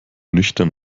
nüchtern